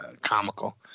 comical